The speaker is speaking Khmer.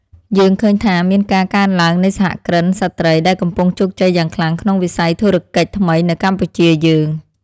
យើងឃើញថាមានការកើនឡើងនៃសហគ្រិនស្ត្រីដែលកំពុងជោគជ័យយ៉ាងខ្លាំងក្នុងវិស័យធុរកិច្ចថ្មីនៅកម្ពុជាយើង។